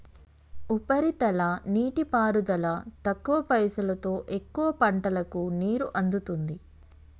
ఉపరితల నీటిపారుదల తక్కువ పైసలోతో ఎక్కువ పంటలకు నీరు అందుతుంది